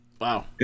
Wow